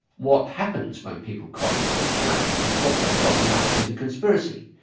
what happens when people cock something up is what they're cocking up is a conspiracy.